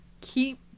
keep